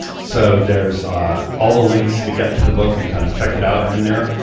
so there's all the links to get to the book and kind of check it out are in there.